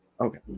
Okay